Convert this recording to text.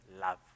love